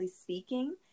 Speaking